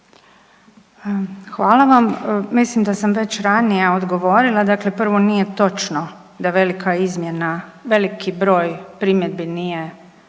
Hvala vam. Mislim da sam već ranije odgovorila, dakle prvo nije točno da velika izmjena, veliki broj primjedbi nije